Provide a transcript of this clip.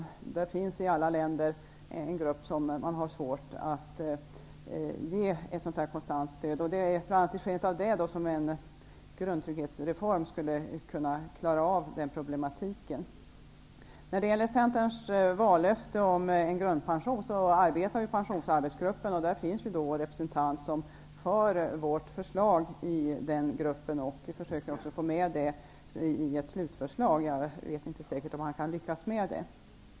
Det finns i alla länder en grupp som man har svårt att ge ett konstant stöd. Det är bl.a. i skenet av detta som en grundtrygghetsreform behövs som skulle kunna klara av denna problematik. När det gäller Centerns vallöfte om en grundpension arbetar Pensionsarbetsgruppen med dessa frågor. Där finns en representant som för fram vårt förslag i gruppen och försöker få med det i ett slutligt förslag. Det är inte säkert att han kan lyckas med det.